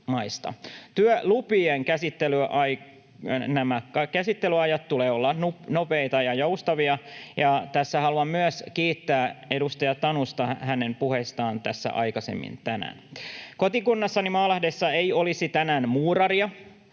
Työlupien käsittelyaikojen tulee olla nopeita ja joustavia, ja haluan tässä myös kiittää edustaja Tanusta hänen puheistaan aikaisemmin tänään. Kotikunnassani Maalahdessa ei olisi tänään muuraria